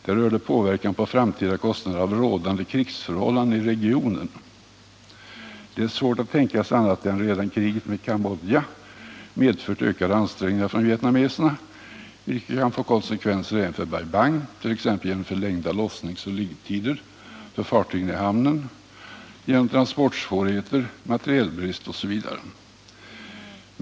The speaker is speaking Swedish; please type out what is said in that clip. Den gällde påverkan på ”framtida kostnader av rådande krigsförhållanden i regionen”. Det är svårt att tänka sig annat än att redan kriget med Cambodja medfört ökade ansträngningar för vietnameserna, vilket kan få konsekvenser även för Bai Bang, t.ex. genom förlängda lossningsoch liggetider för fartyg i hamnen jämte transportsvårigheter, materielbrist osv.